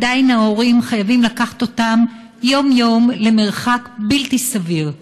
עדיין ההורים חייבים לקחת אותם יום-יום למרחק בלתי סביר,